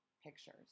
pictures